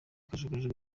kajugujugu